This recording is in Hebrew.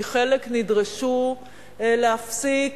כי חלק נדרשו להפסיק,